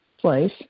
place